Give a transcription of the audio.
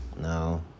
No